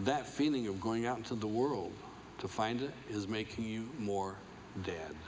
that feeling you're going out into the world to find is making you more dead